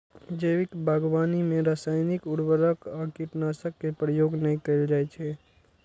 जैविक बागवानी मे रासायनिक उर्वरक आ कीटनाशक के प्रयोग नै कैल जाइ छै